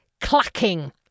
clacking